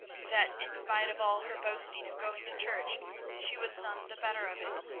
that in spite of all her boasting of going to church she was none the better of it,